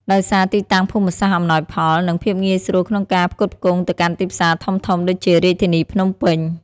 ដោយសារទីតាំងភូមិសាស្ត្រអំណោយផល និងភាពងាយស្រួលក្នុងការផ្គត់ផ្គង់ទៅកាន់ទីផ្សារធំៗដូចជារាជធានីភ្នំពេញ។